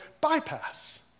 bypass